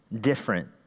different